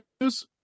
news